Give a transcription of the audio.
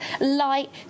light